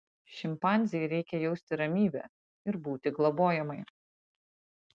šimpanzei reikia jausti ramybę ir būti globojamai